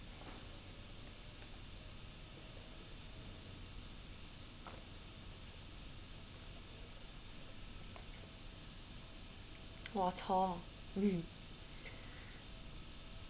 mm